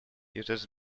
uses